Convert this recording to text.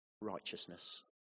righteousness